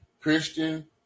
Christian